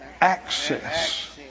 access